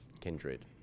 kindred